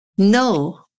no